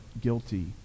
guilty